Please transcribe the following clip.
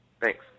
Thanks